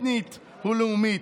אתנית ולאומית.